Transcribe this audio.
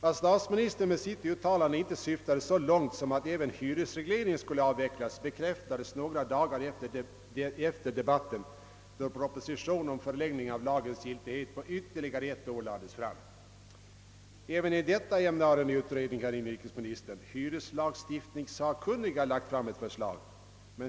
Att statsministern med sitt uttalande inte syftade så långt som till att även hyresregleringen skulle avvecklas bekräftades några dagar efter debatten, då proposition lades fram om förlängning av lagens giltighet ytterligare ett år. Även i detta ämne har en utredning, hyreslagstiftningssakkunniga, lagt fram ett förslag.